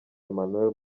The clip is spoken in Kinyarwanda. emmanuel